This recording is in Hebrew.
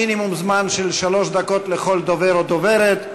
מינימום זמן של שלוש דקות לכל דובר או דוברת.